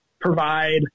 provide